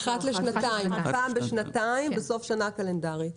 פעם בשנתיים, בסוף שנה קלנדרית.